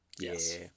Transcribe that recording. Yes